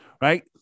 right